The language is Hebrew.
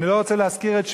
אני לא רוצה להזכיר את שמו,